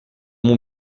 mon